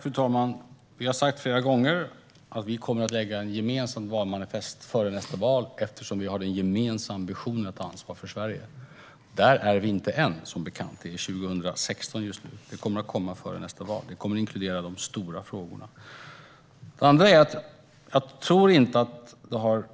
Fru talman! Vi har flera gånger sagt att vi kommer att lägga fram ett gemensamt valmanifest före nästa val eftersom vi har en gemensam ambition att ta ansvar för Sverige. Där är vi inte än, som bekant. Det är 2016 just nu. Detta kommer före nästa val. Det kommer att inkludera de stora frågorna. Jag tror inte det har